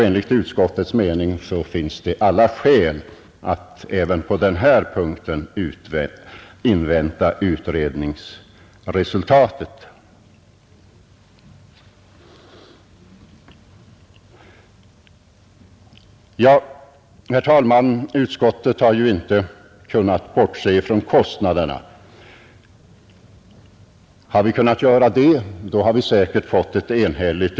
Enligt utskottets mening finns det alla skäl för att även på den punkten invänta utredningens resultat. Utskottet här naturligtvis inte kunnat bortse från kostnaderna. Hade vi kunnat göra det, så skulle utskottets utlåtande säkerligen blivit enhälligt.